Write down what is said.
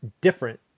different